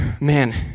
man